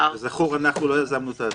הרי במסגרת המודל הזה,